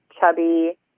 chubby